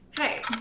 hey